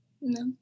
No